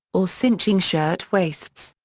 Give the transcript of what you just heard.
or cinching shirt waists.